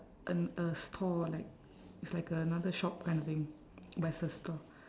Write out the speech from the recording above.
an a store like it's like a another shop kind of thing but it's a store